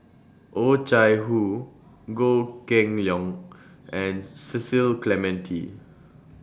Oh Chai Hoo Goh Kheng Long and Cecil Clementi